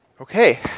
Okay